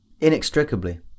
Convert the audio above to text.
inextricably